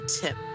Tip